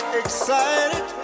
excited